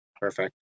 Perfect